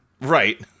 Right